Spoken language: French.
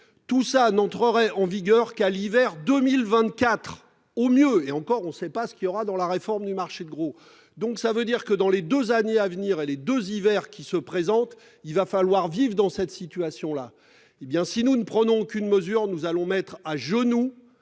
Tout ça n'entrerait en vigueur qu'à l'hiver 2024 au mieux, et encore on ne sait pas ce qu'il y aura dans la réforme du marché de gros. Donc ça veut dire que dans les 2 années à venir et les 2 hiver qui se présente, il va falloir vivre dans cette situation-là. Hé bien, si nous ne prenons aucune mesure nous allons mettre à genoux